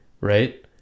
right